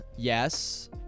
Yes